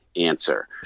answer